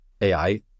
AI